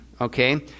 okay